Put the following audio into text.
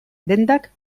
dendak